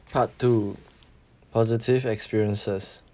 part two positive experiences